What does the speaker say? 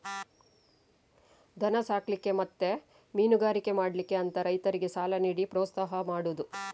ದನ ಸಾಕ್ಲಿಕ್ಕೆ ಮತ್ತೆ ಮೀನುಗಾರಿಕೆ ಮಾಡ್ಲಿಕ್ಕೆ ಅಂತ ರೈತರಿಗೆ ಸಾಲ ನೀಡಿ ಪ್ರೋತ್ಸಾಹ ಮಾಡುದು